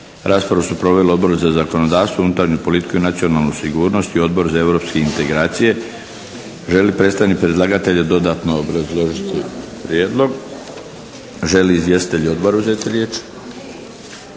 Raspravu su proveli Odbor za zakonodavstvo, unutarnju politiku i nacionalnu sigurnost i Odbor za europske integracije. Želi li predstavnik predlagatelja dodatno obrazložiti prijedlog? Žele li izvjestitelji odbora uzeti riječ?